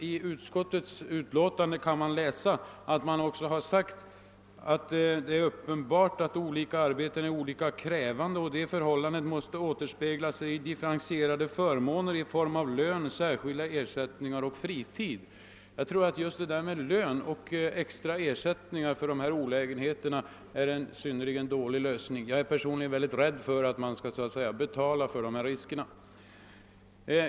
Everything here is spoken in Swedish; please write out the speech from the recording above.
I utskottets utlåtande kan man emellertid läsa att det är »uppenbart att olika arbeten är olika krävande och detta förhållande måste återspegla sig i differentierade förmåner i form av lön, särskilda ersättningar och fritid». Jag tror att just förmåner i form av lön och extra ersättningar för olägenheter i arbetet är en synnerligen dålig lösning. Jag är personligen rädd för att man så att säga skall betala för riskerna.